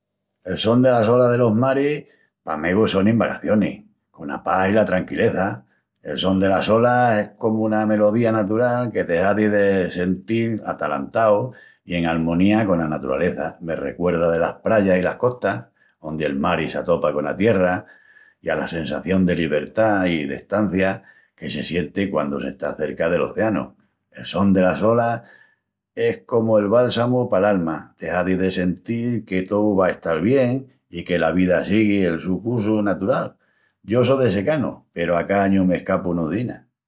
El son delas olas delos maris pa megu sonin vagacionis, cona pas i la tranquileza. El son delas olas es comu una melodía natural que te hazi de sentil atalantau i en almonía cona naturaleza. Me recuerda delas prayas i las costas, ondi el mari s'atopa cona tierra, i ala sensación de libertá i destancia que se sienti quandu s'está cerca del océanu. El son delas olas es comu el bálsamu pal alma, te hazi de sentil que tou va a estal bien i que la vida sigui el su cussu natural. Yo só de secanu peru a ca añu m'escapu unus diínas.